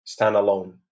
standalone